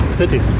city